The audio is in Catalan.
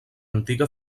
antiga